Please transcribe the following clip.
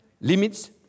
limits